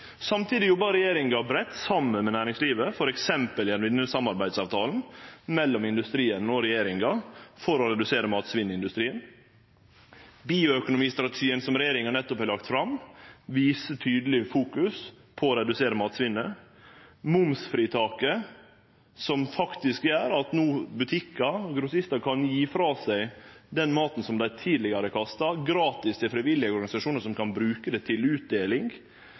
Samtidig jobbar regjeringa breitt saman med næringslivet – f.eks. gjennom samarbeidsavtalen mellom industrien og regjeringa – for å redusere matsvinn i industrien. Bioøkonomistrategien, som regjeringa nettopp har lagt fram, viser tydeleg fokusering på å redusere matsvinnet. Momsfritaket – som gjer at butikkar og grossistar kan gje frå seg den maten som dei tidlegare kasta, gratis til frivillige organisasjonar, som kan dele han ut – gjev incentiv til